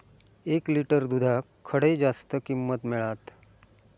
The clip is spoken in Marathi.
एक लिटर दूधाक खडे जास्त किंमत मिळात?